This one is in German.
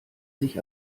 sich